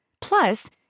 Plus